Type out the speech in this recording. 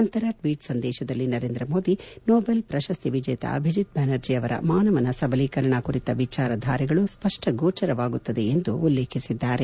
ನಂತರ ಟ್ಲೀಟ್ ಸಂದೇಶದಲ್ಲಿ ನರೇಂದ್ರ ಮೋದಿ ನೋಬಲ್ ಪ್ರಶಸ್ತಿ ವಿಜೇತ ಅಭಿಜಿತ್ ಬ್ಲಾನರ್ಜಿ ಅವರ ಮಾನವನ ಸಬಲೀಕರಣ ಕುರಿತ ವಿಚಾರಧಾರೆಗಳು ಸ್ವಷ್ಟ ಗೋಚರವಾಗುತ್ತದೆ ಎಂದು ಉಲ್ಲೇಖಿಸಿದ್ದಾರೆ